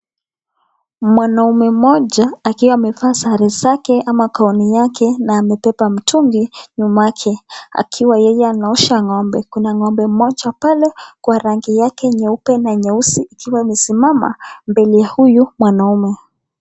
Mwanaume mmoja akiwa amevaa sare zake ama gauni yake na amebeba mtungi nyuma yake akiwa yeye anaosha ng'ombe. Kuna ng'ombe mmoja pale kwa rangi yake nyeupe na nyeusi akiwa amesimama mbele ya huyu mwanaume.